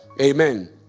Amen